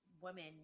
women